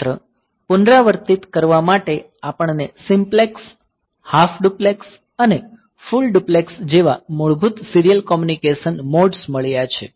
માત્ર પુનરાવર્તિત કરવા માટે આપણને સિમ્પ્લેક્સ હાફ ડુપ્લેક્સ અને ફુલ ડુપ્લેક્સ જેવા મૂળભૂત સીરીયલ કોમ્યુનિકેશન મોડ્સ મળ્યા છે